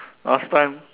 last time